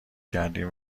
کردین